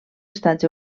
estats